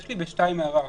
יש לי הערה ב-(2).